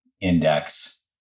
Index